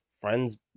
friends